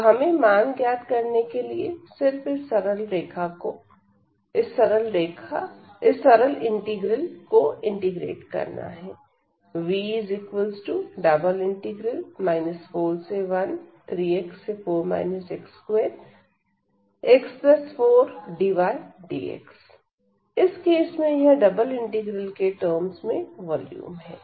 तो हमें मान ज्ञात करने के लिए सिर्फ इस सरल इंटीग्रल को इंटीग्रेट करना है V 413x4 x2x4dydx इस केस में यह डबल इंटीग्रल के टर्म्स में वॉल्यूम है